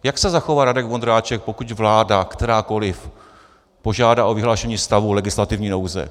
Jak se zachová Radek Vondráček, pokud vláda, kterákoli, požádá o vyhlášení stavu legislativní nouze?